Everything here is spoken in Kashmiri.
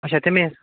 اَچھا تَمے